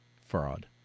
fraud